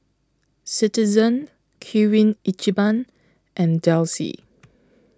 Citizen Kirin Ichiban and Delsey